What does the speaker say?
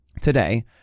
today